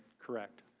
correct.